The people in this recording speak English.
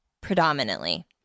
predominantly